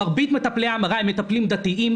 מרבית מטפלי ההמרה הם מטפלים דתיים,